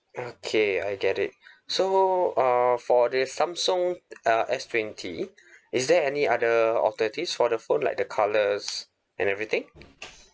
okay I get it so err for the samsung uh S twenty is there any other alternatives for the phone like the colours and everything